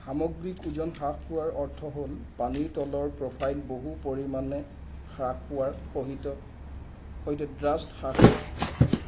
সামগ্ৰিক ওজন হ্ৰাস পোৱাৰ অৰ্থ হ'ল পানীৰ তলৰ প্ৰফাইল বহু পৰিমাণে হ্ৰাস পোৱাৰ সহিতে সৈতে ড্ৰাষ্ট হ্ৰাস পোৱা